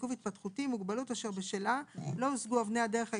"עיכוב התפתחותי" - מוגבלות אשר בשלה לא הושגו אבני הדרך ההתפתחותיות,